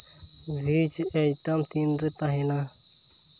ᱵᱷᱮ ᱡᱽ ᱟᱭᱴᱮᱢ ᱛᱤᱱ ᱨᱮ ᱛᱟᱦᱮᱱᱟ